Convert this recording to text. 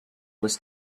was